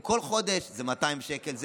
כל חודש זה 200 שקל,